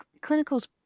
clinical's